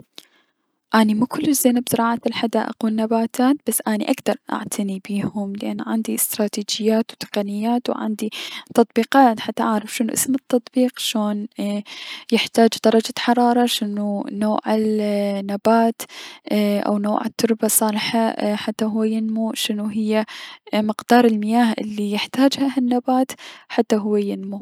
اني مو كلش زينة بزراعة الحدائق و النباتات بس اني اكدر اعتني بيهم لأن عندي استراتيجيات و تقنيات و عندي تطبيقات حتى اعرف شنو اسم التطبيق شون يحتاج درجة حرارة شون نوع النبات او نوع التربة الصالحة حتى ينمو شنو هي مقدار المياه الي يحتاجها النبات حتى هو ينمو.